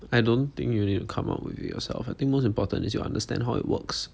I don't think you need to come up with it yourself I think most important is you understand how it works